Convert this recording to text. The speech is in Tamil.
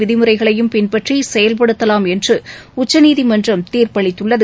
விதிமுறைகளையும் பின்பற்றி செயல்படுத்தலாம் என்று உச்சநீதிமன்றம் தீர்ப்பளித்துள்ளது